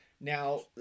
Now